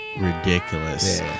ridiculous